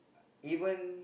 even